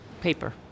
Paper